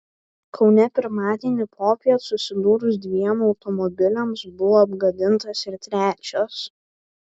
kaune pirmadienį popiet susidūrus dviem automobiliams buvo apgadintas ir trečias